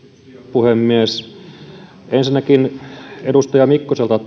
puhemies ensinnäkin edustaja mikkoselta